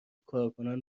کارکنان